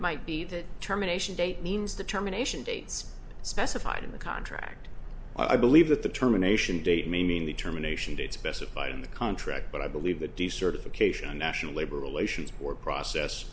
might be that terminations date means determination dates specified in the contract i believe that the terminations date meaning the terminations date specified in the contract but i believe the decertification national labor relations board process